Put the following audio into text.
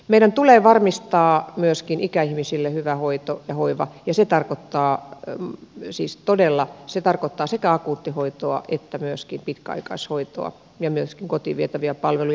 meidän tulee varmistaa myöskin ikäihmisille hyvä hoito ja hoiva ja se tarkoittaa todella sekä akuuttihoitoa että myöskin pitkäaikaishoitoa ja myöskin kotiin vietäviä palveluja